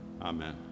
Amen